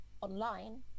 online